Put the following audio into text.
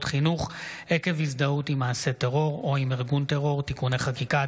חינוך עקב הזדהות עם מעשה טרור או עם ארגון טרור (תיקוני חקיקה),